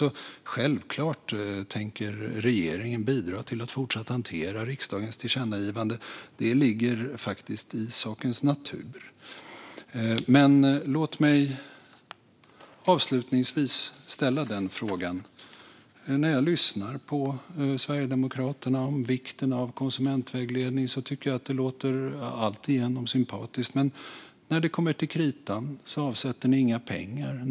Regeringen tänker alltså självklart bidra till att fortsatt hantera riksdagens tillkännagivande; det ligger faktiskt i sakens natur. Låt mig avslutningsvis ställa en fråga. När jag lyssnar på Sverigedemokraterna om vikten av konsumentvägledning tycker jag att det låter alltigenom sympatiskt, men när det kommer till kritan avsätter ni inga pengar, Angelica Lundberg.